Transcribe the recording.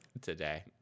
today